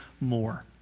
more